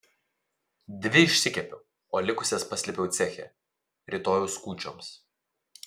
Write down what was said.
dvi išsikepiau o likusias paslėpiau ceche rytojaus kūčioms